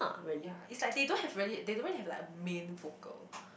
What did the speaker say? ya it's like they don't have really they don't even have like main vocal